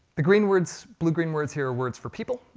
the green words, blue-green words here are words for people.